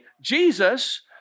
Jesus